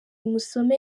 musome